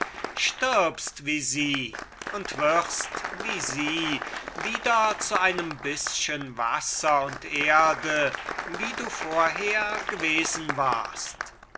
stirbst wie sie und wirst wie sie wieder zu einem bißchen wasser und erde wie du vorher gewesen warst